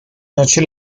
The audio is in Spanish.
noche